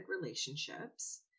relationships